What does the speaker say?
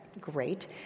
Great